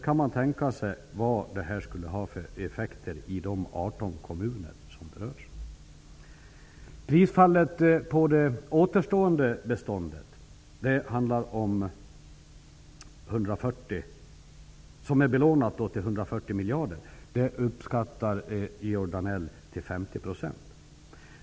Man kan tänka sig vad det skulle få för effekter i de 18 Georg Danell uppskattar prisfallet på det återstående beståndet, som är belånat till 140 miljarder, till 50 %.